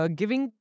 giving